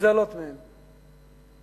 נגזלות מהם.